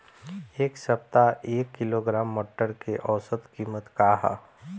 एक सप्ताह एक किलोग्राम मटर के औसत कीमत का ह?